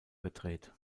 gedreht